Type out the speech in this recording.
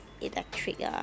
Electric